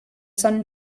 son